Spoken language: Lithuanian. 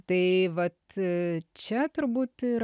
tai vat čia turbūt ir